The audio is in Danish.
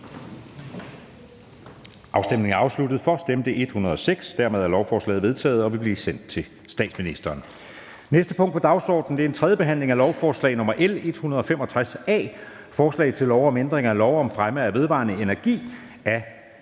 hverken for eller imod stemte 0. Dermed er lovforslaget enstemmigt vedtaget og vil blive sendt til statsministeren. --- Det næste punkt på dagsordenen er: 40) 3. behandling af lovforslag nr. L 165 A: Forslag til lov om ændring af lov om fremme af vedvarende energi.